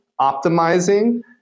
optimizing